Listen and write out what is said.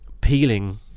peeling